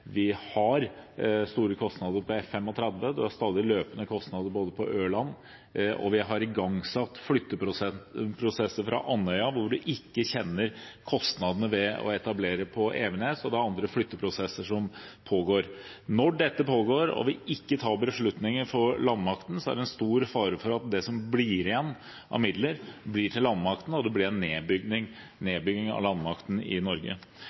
vi har store kostnader på F-35, det var stadig løpende kostnader på Ørland, vi har igangsatt flytteprosesser fra Andøya, man kjenner ikke kostnadene ved å etablere på Evenes, og det er andre flytteprosesser som pågår. Når dette pågår og vi ikke tar beslutninger for landmakten, er det stor fare for at det som blir igjen av midler, blir til landmakten, og det blir en nedbygging av landmakten i Norge.